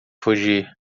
fugir